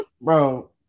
Bro